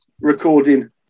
recording